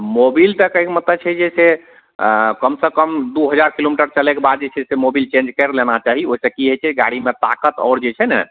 Mobil तऽ कहयके मतलब छै जे कम सँ कम दू हजार किलोमीटर चलयके बाद जे छै से मोबिल चेंज करि लेना चाही ओइसँ की होइ छै गाड़ीमे ताकत आओर जे छै ने